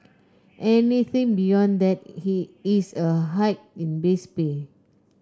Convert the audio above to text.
anything beyond that is a hike in base pay